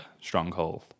stronghold